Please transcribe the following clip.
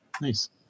Nice